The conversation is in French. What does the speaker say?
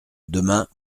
demain